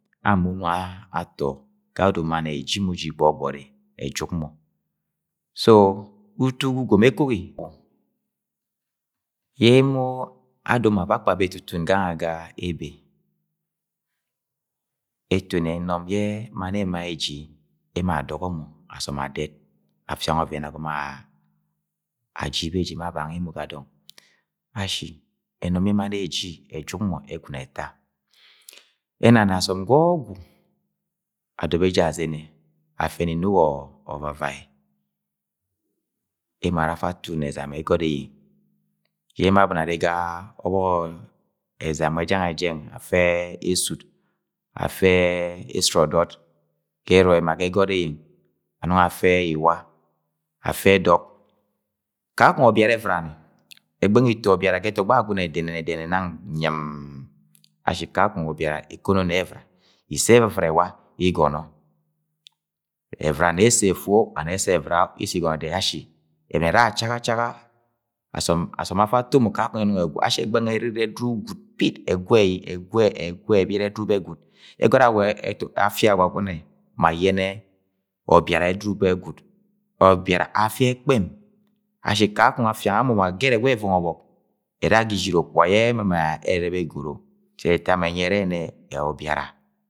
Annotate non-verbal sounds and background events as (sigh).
Ama unu atọ gayẹodo mann ẹji mọ uji gbọgbọri ẹjuk mọ, so utu ga ugom ekogi yẹ emo adomo avakpa bẹ etutun gange ga ebe etoni ẹnọm yẹ mann ẹma eji emo adọgọmọ asọm adẹt afianga ọvẹn agọmọ aji beji ma bang emo ga dọng. Asin ẹnọm bẹ mann eji ejuk mọ ẹgwu ni ẹta, ẹnani asọm ga ọgwu adọbọ eje azene afẹnẹ Inuk ọvavai, emo ara afa atun ẹzam ẹgọt eyeng yẹ emo abọni arre ga o̱bọk ẹzam nwe jangẹ jẹng afẹ esut, afẹ esut o̱do̱t ga ẹrọi ma ga e̱gọt eyeng ano̱ng afẹ Iwa, afe ẹdọgkakọng ọbiara evɨni e̱gbe̱n nwe̱ Ito ọbiara ga ẹtọgbọ Agwagune dẹnẹnẹ nang yim-m-m ashi kako̱ng ọbiara ekoho ni evɨra Ise ye ẹvɨvɨra ewa Igọnọ ẹvɨra nẹ ẹssẹ efu o wa nẹ ẹssẹ ẹvɨra o isi Igọnọ dẹnẹnẹ ashi eboni era chagachaga asọm afa ato mọ kakọng e̱no̱ng ẹgwu ashi ẹgbẹghẹ nwẹ erure ẹdudu gwud pit ẹgwu (hesitation) ebit ẹdudu be gwud ẹgọnọ ẹrẹ awa afia Agwagune ma ayẹnẹ ọbiara ẹdudu be gwud, ọbiara afia ẹkpẹm ashi kakọng afianga mo ma gẹrẹk wẹ ẹvọngọ ọbọk ena ga ishiri ukpuga yẹ ema ma ẹrẹrẹbẹ egoro je ẹtama ẹnyi yẹ ẹrẹ yẹnẹ ọbiara.